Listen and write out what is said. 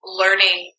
learning